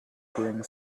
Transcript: bring